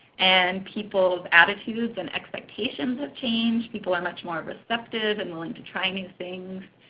and people's attitudes and expectations have changed. people are much more receptive and willing to try new things.